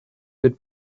good